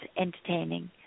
entertaining